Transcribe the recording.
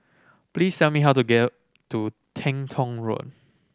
please tell me how to get to Teng Tong Road